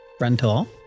Rental